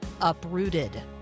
Uprooted